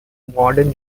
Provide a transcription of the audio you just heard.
modern